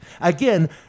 Again